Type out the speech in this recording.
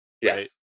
yes